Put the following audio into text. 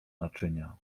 naczynia